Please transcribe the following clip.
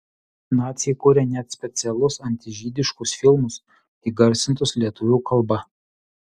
naciai kūrė net specialus antižydiškus filmus įgarsintus lietuvių kalba